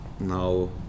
Now